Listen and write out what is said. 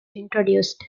introduced